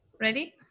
Ready